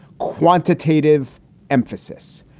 quantitative emphasis.